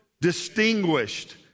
distinguished